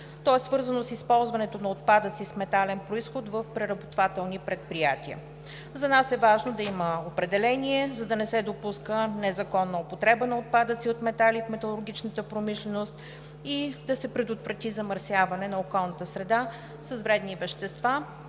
и е свързано с използването на отпадъци с метален произход в преработвателните предприятия. За нас е важно да има определение, за да не се допуска незаконна употреба на отпадъци от метали в металургичната промишленост, да се предотврати замърсяване на околната среда с вредни вещества